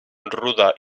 ruda